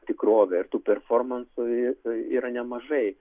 tikrovę ir tų performansu yra nemažai